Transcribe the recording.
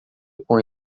com